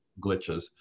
glitches